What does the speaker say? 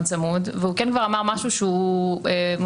צמוד והוא כן כבר אמר משהו שהוא מוצמד,